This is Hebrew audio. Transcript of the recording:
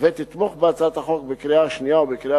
ותתמוך בהצעת החוק בקריאה שנייה ובקריאה